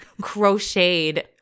crocheted